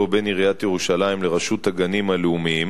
בין עיריית ירושלים לרשות הגנים הלאומיים,